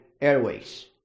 Airways